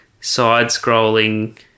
side-scrolling